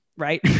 Right